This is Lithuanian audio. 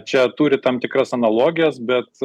čia turi tam tikras analogijas bet